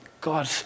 God